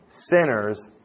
sinners